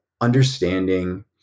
understanding